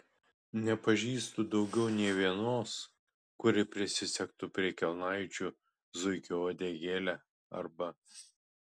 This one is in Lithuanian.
nepažįstu daugiau nė vienos kuri prisisegtų prie kelnaičių zuikio uodegėlę arba